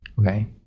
Okay